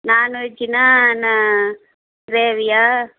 நான்வெஜ்ஜுன்னா என்ன கிரேவியா